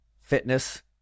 fitness